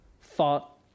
thought